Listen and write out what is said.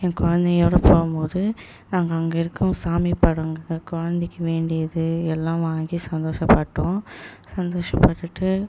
என் குழந்தையோட போகும் போது நாங்கள் அங்கே இருக்கும் சாமிப்படங்கள் குழந்தைக்கி வேண்டியது எல்லாம் வாங்கி சந்தோஷப்பட்டோம் சந்தோஷப்பட்டுட்டு